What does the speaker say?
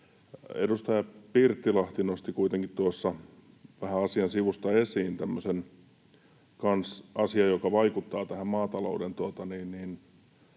Edustaja Pirttilahti nosti kuitenkin tuossa vähän asian sivusta esiin kanssa tämmöisen asian, joka vaikuttaa maatalouden